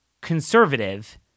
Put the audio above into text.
conservative